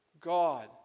God